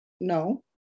No